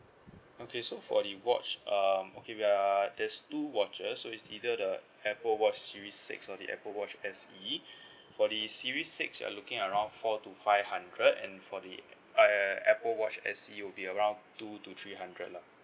okay so for the watch um okay we are there's two watches so it's either the apple watch series six or the apple watch S E for the series six you're looking around four to five hundred and for the err apple watch S E will be around two to three hundred lah